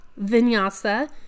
Vinyasa